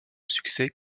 succès